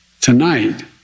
tonight